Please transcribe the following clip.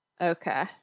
okay